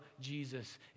Jesus